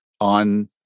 on